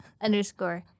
underscore